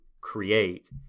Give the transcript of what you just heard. create